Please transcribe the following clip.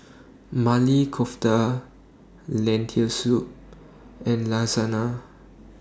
Maili Kofta Lentil Soup and Lasagna